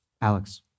Alex